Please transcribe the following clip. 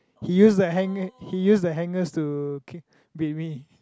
he use the hang he use the hangers to ca~ beat me